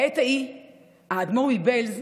בעת ההיא האדמור מבעלז,